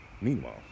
Meanwhile